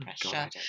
pressure